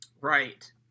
Right